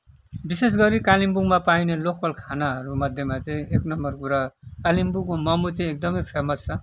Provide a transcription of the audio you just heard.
विशेष गरी कालिम्पोङमा पाइने लोकल खानाहरू मध्येमा चाहिँ एक नम्बर कुरा कालिम्पोङको मोमो चाहिँ एकदमै फेमस छ